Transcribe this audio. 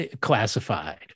classified